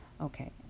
okay